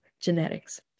genetics